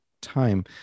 time